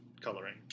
coloring